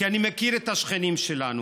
כי אני מכיר את השכנים שלנו.